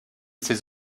ses